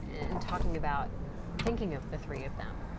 and talking about thinking of the three of them.